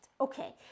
Okay